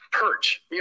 perch